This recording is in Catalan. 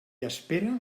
espera